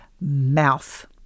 mouth